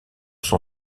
son